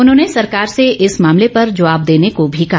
उन्होंने सरकार से इस मामले पर जबाब देने को भी कहा